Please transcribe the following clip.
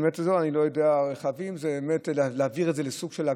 אני לא יודע, אם להעביר את זה לסוג של הגרלה.